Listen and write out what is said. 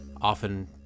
often